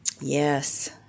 Yes